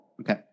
Okay